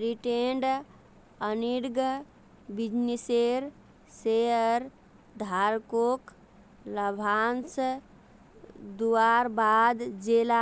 retained earning बिज्नेसेर शेयरधारकोक लाभांस दुआर बाद जेला